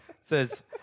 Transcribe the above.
Says